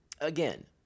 Again